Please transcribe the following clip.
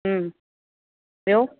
ॿियो